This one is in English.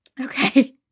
Okay